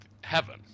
heaven